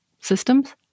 systems